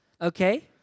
Okay